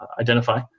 identify